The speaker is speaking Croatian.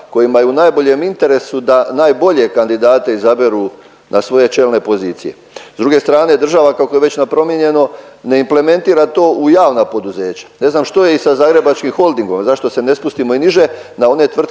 kojima je u najboljem interesu da najbolje kandidate izaberu na svoje čelne pozicije. S druge strane država kako je već napromijenjeno ne implementirano to u javna poduzeća, ne znam što je i sa Zagrebačkim Holdingom, zašto se ne spustimo i niže na one tvrtke